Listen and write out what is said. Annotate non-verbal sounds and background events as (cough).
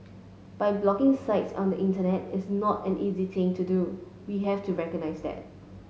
(unintelligible) blocking sites on the Internet is not an easy thing to do we have to recognise that